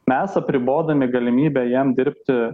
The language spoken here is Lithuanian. mes apribodami galimybę jam dirbti